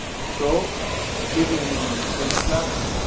so people in kennel clubs